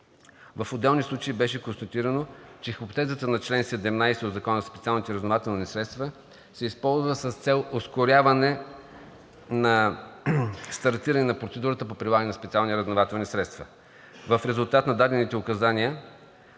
В отделни случаи беше констатирано, че хипотезата на чл. 17 от Закона за специалните разузнавателни средства се използва с цел ускоряване стартирането на процедурата по прилагане на СРС. В резултат на дадените указания